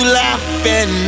laughing